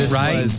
right